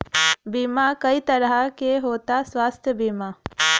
बीमा कई तरह के होता स्वास्थ्य बीमा?